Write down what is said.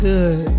Good